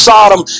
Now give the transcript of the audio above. Sodom